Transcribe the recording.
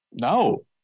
No